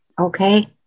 okay